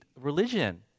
religion